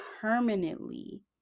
permanently